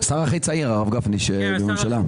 השר הכי צעיר, הרב גפני, בממשלה.